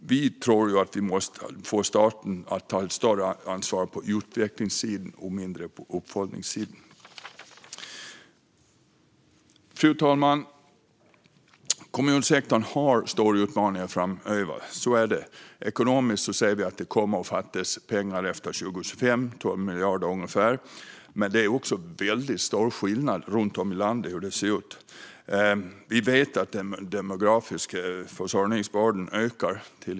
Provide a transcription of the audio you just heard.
Vi tror att vi måste få staten att ta ett större ansvar på utvecklingssidan och ett mindre ansvar på uppföljningssidan. Fru talman! Kommunsektorn har stora utmaningar framöver. Ekonomiskt ser vi att det kommer att fattas pengar efter 2025, ungefär 12 miljarder. Det finns också väldigt stora skillnader i hur det ser ut runt om i landet. Vi vet att den demografiska försörjningsbördan ökar.